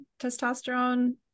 testosterone